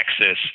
access